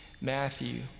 Matthew